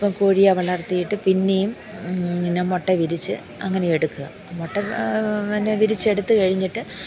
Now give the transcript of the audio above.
ഇപ്പം കോഴിയ വളർത്തിയിട്ട് പിന്നെയും പിന്നെ മുട്ട വിരിച്ചു അങ്ങനെ എടുക്കുക മുട്ട പിന്നെ വിരിയിച്ചെടുത്ത് കഴിഞ്ഞിട്ട്